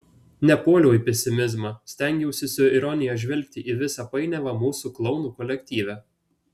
nepuoliau į pesimizmą stengiausi su ironija žvelgti į visą painiavą mūsų klounų kolektyve